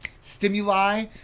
stimuli